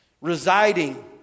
Residing